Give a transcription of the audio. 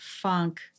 funk